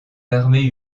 armées